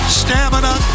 stamina